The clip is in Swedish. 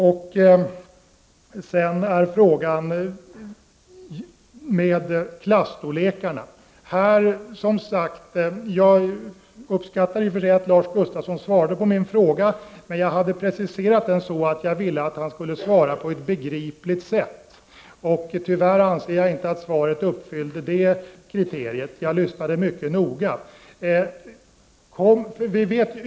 Den andra frågan gäller klasstorlekarna. Jag uppskattar i och för sig att Lars Gustafsson svarade på min fråga, men jag hade preciserat den så att jag ville att han skulle svara på ett begripligt sätt, och tyvärr anser jag inte att svaret uppfyllde det kriteriet; jag lyssnade mycket noga.